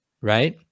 right